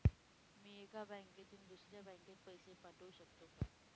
मी एका बँकेतून दुसऱ्या बँकेत पैसे पाठवू शकतो का?